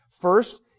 First